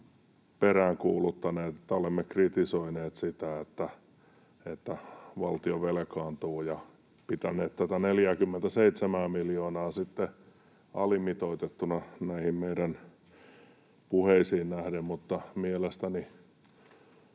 peräänkuuluttaneet, että olemme kritisoineet sitä, että valtio velkaantuu, ja pitäneet tuota 47:ää miljoonaa alimitoitettuna meidän puheisiimme nähden. Mutta tässä